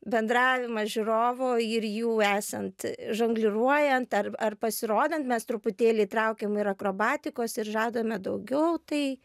bendravimas žiūrovo ir jų esant žongliruojant ar ar pasirodant mes truputėlį įtraukiam ir akrobatikos ir žadame daugiau tai